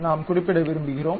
நாம் குறிப்பிட விரும்புகிறோம்